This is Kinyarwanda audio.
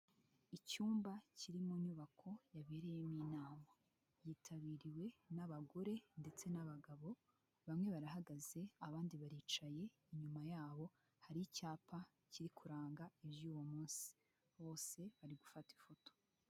Icyumba kiri mu nyubako yabereyemo inama. Yitabiriwe n'abagore ndetse n'abagabo, bamwe barahagaze, abandi baricaye, inyuma yabo hari icyapa kiri kuranga iby'uwo munsi. Bose bari gufata ifoto.